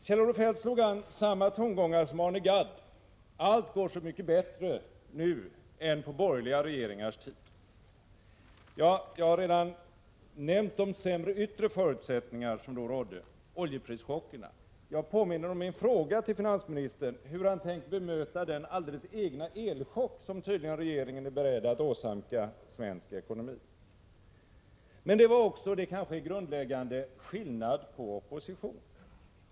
Kjell-Olof Feldt slog an samma tongångar som Arne Gadd: Allt går så mycket bättre nu än på borgerliga regeringars tid. Ja, jag har redan nämnt de sämre yttre förutsättningar som då rådde — oljeprischockerna. Och jag påminner om min fråga till finansministern, hur han tänker bemöta den alldeles egna elchock som regeringen tydligen är beredd att åsamka svensk ekonomi. Men det var också — och det kanske är grundläggande — skillnad på opposition.